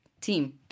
Team